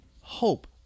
hope